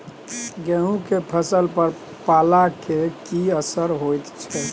गेहूं के फसल पर पाला के की असर होयत छै?